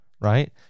right